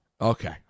Okay